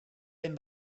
ben